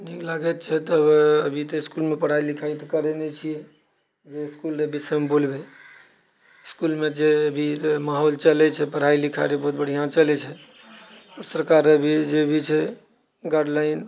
नीक लागैत छै तबे अभी तऽ इसकुलमे लिखाइ करए नहि छिऐ कि जे इसकुलके विषयमे बोलबै इसकुलके जे अभी माहौल चलए छै पढ़ाइ लिखाइ रऽ बहुत बढ़िआँ चलए छै सरकार अभी जे भी भी छै गाइडलाइंस